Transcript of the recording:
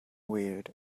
weird